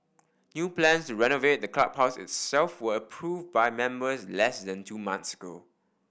new plans to renovate the clubhouse itself were approved by members less than two months ago